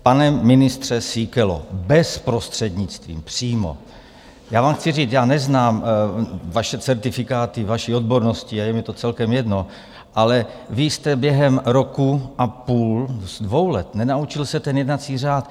Pane ministře Síkelo, bez prostřednictví, přímo, já vám chci říct, já neznám vaše certifikáty vaší odbornosti a je mi to celkem jedno, ale vy jste během roku a půl, dvou let se nenaučil jednací řád.